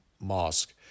mosque